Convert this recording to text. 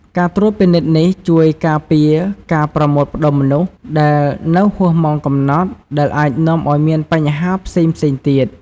ការត្រួតពិនិត្យនេះជួយការពារការប្រមូលផ្តុំមនុស្សដែលនៅហួសម៉ោងកំណត់ ដែលអាចនាំឱ្យមានបញ្ហាផ្សេងៗទៀត។